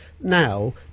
now